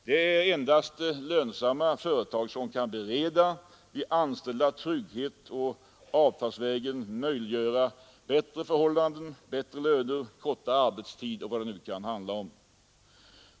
Det är endast lönsamma företag som kan bereda de anställda trygghet och avtalsvägen möjliggöra bättre arbetsoch miljöförhållanden, bättre löner, kortare arbetstid etc.